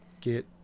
get